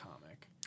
comic